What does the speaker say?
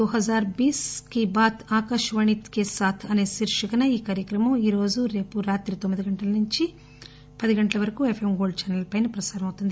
దోహజార్ బీఎస్ కీ బాత్ ఆకాశవాణి కె సాత్ అసే శీర్షికన ఈ కార్యక్రమం ఈ రోజు రేపు రాత్రి తొమ్మిదిన్నర నుంచి పది గంటల వరకు ఎఫ్ఎం గోల్డ్ ధాసెల్ పైన ప్రసారమవుతుంది